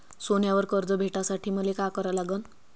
सोन्यावर कर्ज भेटासाठी मले का करा लागन?